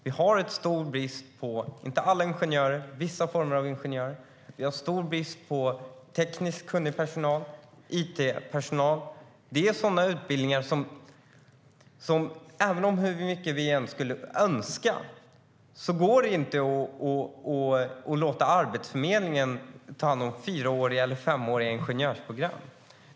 Vi har stor brist på vissa ingenjörer, inte alla ingenjörer, på tekniskt kunnig personal och på it-personal. Sådana utbildningar, fyra eller femåriga ingenjörsprogram, går det inte att låta Arbetsförmedlingen ta hand om, hur mycket vi än skulle önska.